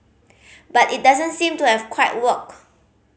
but it doesn't seem to have quite worked